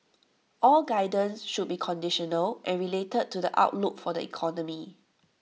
all guidance should be conditional and related to the outlook for the economy